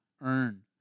earn